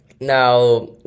Now